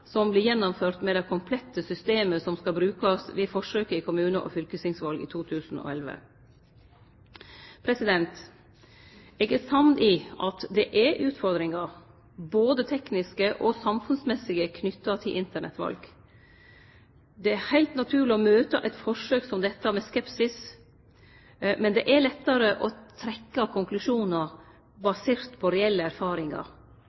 som vert gjennomførde med det komplette systemet som skal brukast ved forsøket i kommunestyre- og fylkestingsvalet i 2011. Eg er samd i at det er utfordringar, både tekniske og samfunnsmessige, knytte til Internett-val. Det er heilt naturleg å møte eit forsøk som dette med skepsis, men det er lettare å trekkje konklusjonar baserte på reelle erfaringar.